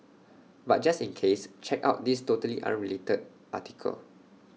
but just in case check out this totally unrelated article